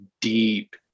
deep